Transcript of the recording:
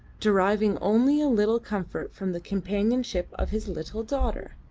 deriving only a little comfort from the companionship of his little daughter,